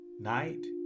Night